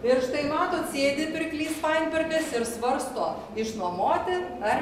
ir štai matot sėdi pirklys painbergas ir svarsto išnuomoti ar